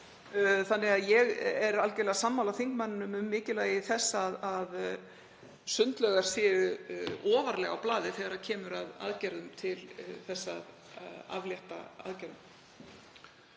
Þannig að ég er algerlega sammála þingmanninum um mikilvægi þess að sundlaugar séu ofarlega á blaði þegar kemur að aðgerðum til þess að aflétta takmörkunum.